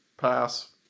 pass